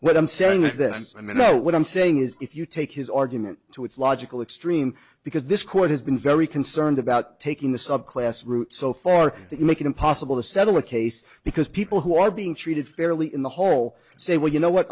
what i'm saying is this i mean no what i'm saying is if you take his argument to its logical extreme because this court has been very concerned about taking the subclass route so far that make it impossible to settle a case because people who are being treated fairly in the whole say well you know what